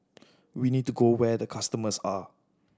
we need to go where the customers are